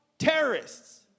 terrorists